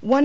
one